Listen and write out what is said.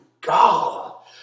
God